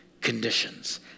conditions